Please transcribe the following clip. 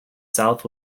south